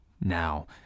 now